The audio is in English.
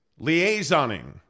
liaisoning